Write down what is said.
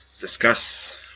discuss